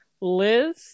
Liz